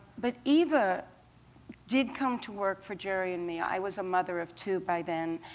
but eva did come to work for gerry and me. i was a mother of two by then,